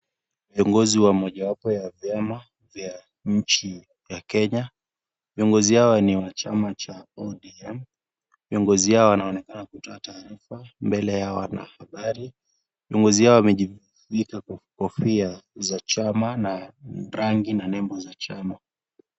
Viongozi wa mojawapo ya vyama, vya nchi ya kenya, viongozi hawa ni wa chama cha ODM. Viongozi hawa wanaonekana kutoa taarifa, mbele ya wanahabari, viongozi hawa wamejivika kofia za chama na rangi na nembo za chama.